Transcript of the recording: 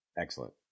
Excellent